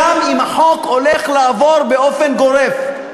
גם אם החוק הולך לעבור באופן גורף.